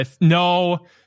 No